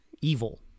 evil